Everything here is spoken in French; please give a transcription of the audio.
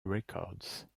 records